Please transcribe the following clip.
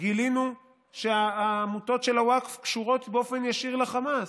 גילינו שהעמותות של הווקף קשורות באופן ישיר לחמאס.